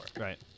Right